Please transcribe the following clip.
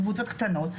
קבוצות קטנות,